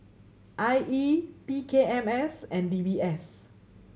I E P K M S and D B S